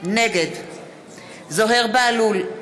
נגד זוהיר בהלול,